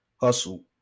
Hustle